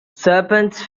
serpents